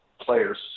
players